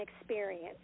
experience